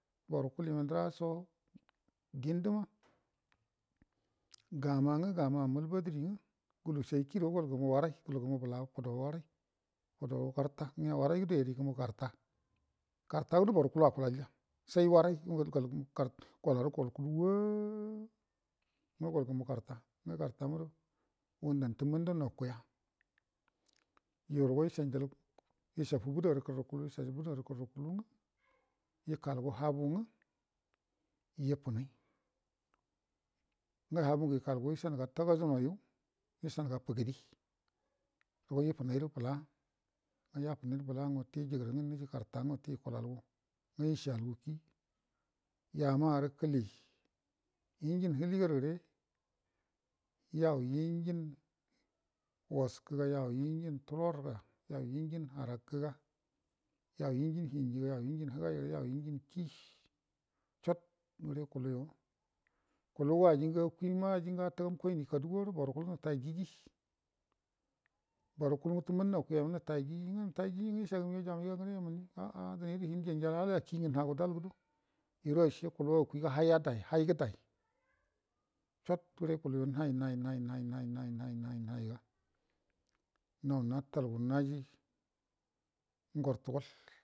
Borə kulu yuma ndəra cho dindəma gama ngə gamaa malbadurigə gulu sai kirugo gol gəmu waray golgəmu waray garta garta gədo bor kuluwa akulalja sai wary golagə borkulu waa ngə golgəmu kartama gudo ngədan tamangədo nakuya yarugo echanjal echafu budua ngədu kulu ekalgu habungə efnay habungə ekalga ma echanuga tagajinoyu echanuga fəgədi rugo efənay ru bəla yafənayrə bəla nigi garta wate yukulalgu ngə esiyalgaki yamagu kili engin hiligar gəre yau engin oskə you engin tulorgo you engin harakə you engin hingi you engin hingi you engin higai you engin kakənu you engin kiy gre kulu yo kuluwa ajingu akuimar ajingu akoi kaduwar kuluwa natai jiji borkulu tamman nakuyama nutai jiji esagu migou jamaiga yuma mini a'a bindiyanja alakingu nagudu, alai gudo ase kuluwa akuig haigu dai cod gre kuluguo nai nai naiga naunatalgu naji ngortugol